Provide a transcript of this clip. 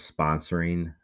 sponsoring